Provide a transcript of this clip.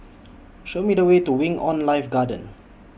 ahow Me The Way to Wing on Life Garden